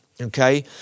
Okay